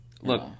Look